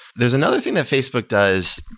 there's another thing that facebook does.